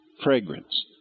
Fragrance